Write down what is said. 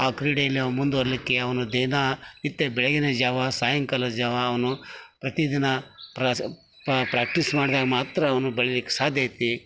ಆ ಕ್ರೀಡೆಯಲ್ಲಿ ಅವ ಮುಂದುವರೀಲಿಕ್ಕೆ ಅವನು ದಿನಾ ನಿತ್ಯ ಬೆಳಗಿನ ಜಾವ ಸಾಯಂಕಾಲ ಜಾವ ಅವನು ಪ್ರತಿದಿನ ಪ್ರಾಕ್ಟೀಸ್ ಮಾಡಿದಾಗ ಮಾತ್ರ ಅವನು ಬೆಳೀಲಿಕ್ಕೆ ಸಾಧ್ಯ ಐತಿ